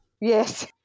Yes